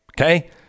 okay